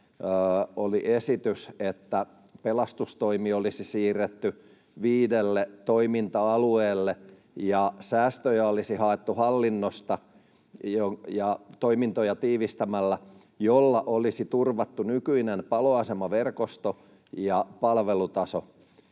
oli esitys, että pelastustoimi olisi siirretty viidelle toiminta-alueelle ja säästöjä olisi haettu hallinnosta ja toimintoja tiivistämällä, millä olisi turvattu nykyinen paloasemaverkosto ja palvelutaso.